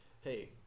hey